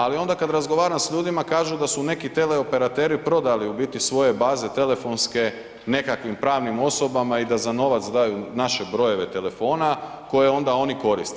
Ali onda kada razgovaram sa ljudima kažu da su neki teleoperateri prodali u biti svoje baze telefonske nekakvim pravnim osobama i da za novac daju naše brojeve telefona koje onda oni koriste.